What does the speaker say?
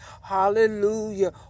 Hallelujah